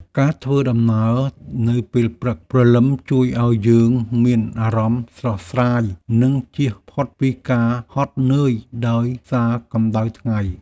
ការធ្វើដំណើរនៅពេលព្រឹកព្រលឹមជួយឱ្យយើងមានអារម្មណ៍ស្រស់ស្រាយ និងជៀសផុតពីការហត់នឿយដោយសារកម្តៅថ្ងៃ។